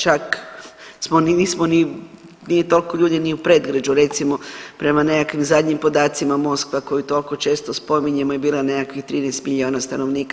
Čak nismo ni, nije toliko ljudi ni u predgrađu recimo prema nekakvim zadnjim podacima Moskva koju toliko često spominjemo je bila nekakvih 13 milijuna stanovnika.